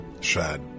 Shad